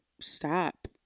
stop